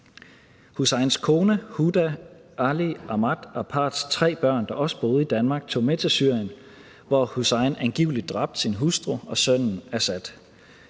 Husseins kone, Huda Ali Ahmad, og parrets tre børn, der også boede i Danmark, tog med til Syrien, hvor Hussein angiveligt dræbte sin hustru og sønnen Azad.